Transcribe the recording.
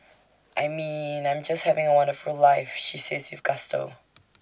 I mean I'm just having A wonderful life she says with gusto